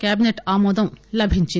cabinet ఆమోదం లభించింది